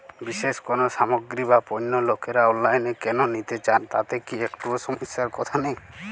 বিশেষ কোনো সামগ্রী বা পণ্য লোকেরা অনলাইনে কেন নিতে চান তাতে কি একটুও সমস্যার কথা নেই?